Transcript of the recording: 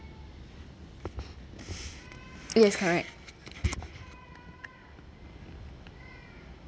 yes correct